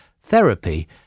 therapy